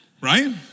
Right